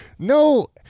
No